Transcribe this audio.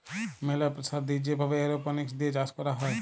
ম্যালা প্রেসার দিয়ে যে ভাবে এরওপনিক্স দিয়ে চাষ ক্যরা হ্যয়